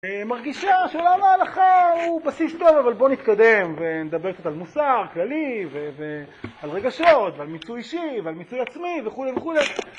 מרגישה שעולם ההלכה הוא בסיס טוב, אבל בוא נתקדם ונדבר קצת על מוסר כללי, ועל רגשות, ועל מיצוי אישי, ועל מיצוי עצמי, וכולי וכולי